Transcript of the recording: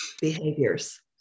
behaviors